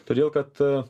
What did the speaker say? todėl kad